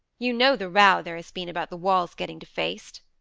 you know the row there has been about the walls getting defaced.